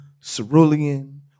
cerulean